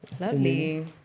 Lovely